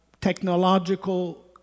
technological